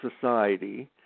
society